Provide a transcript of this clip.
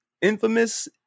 Infamous